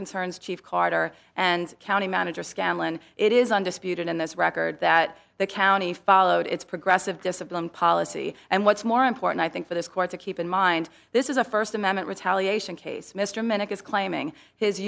concerns chief carter and county manager scanlon it is undisputed in this record that the county followed its progressive discipline policy and what's more important i think for this court to keep in mind this is a first amendment retaliation case mr manic is claiming his